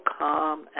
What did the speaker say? calm